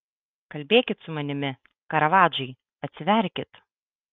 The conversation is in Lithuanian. kalbėkit su manimi karavadžai atsiverkit